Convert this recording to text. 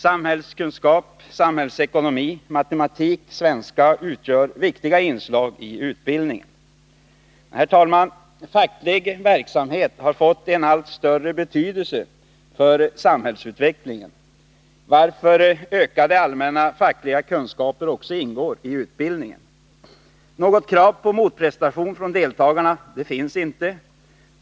Samhällskunskap, samhällsekonomi, matematik och svenska utgör viktiga inslag i utbildningen. Herr talman! Facklig verksamhet har fått en allt större betydelse för samhällsutvecklingen, varför ökade allmänna fackliga kunskaper också ingår i utbildningen. Något krav på motprestation från deltagarna finns inte.